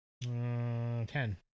Ten